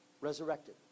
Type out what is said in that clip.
resurrected